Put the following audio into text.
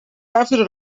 after